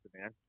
man